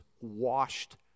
washed